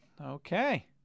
Okay